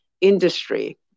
industry